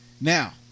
Now